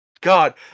God